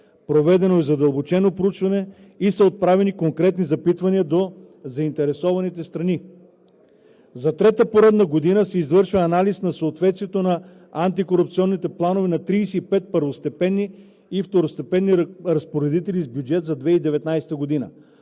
Проведено е задълбочено проучване и са отправени конкретни запитвания до заинтересованите страни. За трета поредна година се извършва анализ на съответствието на антикорупционните планове на 35 първостепенни и второстепенни разпоредители с бюджет за 2019 г.